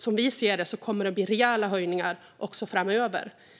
Som vi ser det kommer det att bli rejäla höjningar också framöver.